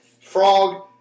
Frog